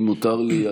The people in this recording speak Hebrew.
אם מותר לי,